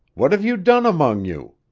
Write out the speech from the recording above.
what have you done among you?